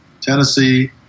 Tennessee